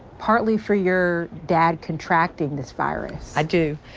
partly for your dad contract in this fire and i do.